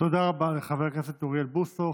תודה רבה לחבר הכנסת אוריאל בוסו.